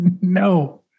No